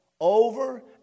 Over